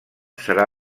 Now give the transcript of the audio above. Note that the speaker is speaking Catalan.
serà